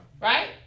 right